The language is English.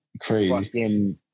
crazy